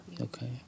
Okay